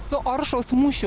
su oršos mūšiu